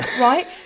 right